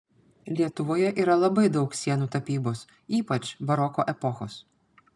lietuvoje yra labai daug sienų tapybos ypač baroko epochos